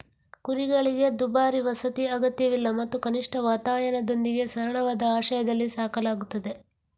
ಕುರಿಗಳಿಗೆ ದುಬಾರಿ ವಸತಿ ಅಗತ್ಯವಿಲ್ಲ ಮತ್ತು ಕನಿಷ್ಠ ವಾತಾಯನದೊಂದಿಗೆ ಸರಳವಾದ ಆಶ್ರಯದಲ್ಲಿ ಸಾಕಲಾಗುತ್ತದೆ